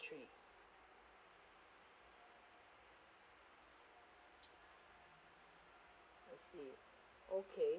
~try I see okay